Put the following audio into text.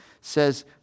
says